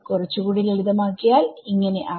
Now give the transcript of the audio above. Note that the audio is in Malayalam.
കുറച്ചൂടെ ലളിതമാക്കിയാൽ ആവും